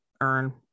earn